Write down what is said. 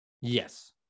Yes